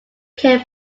care